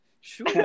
sure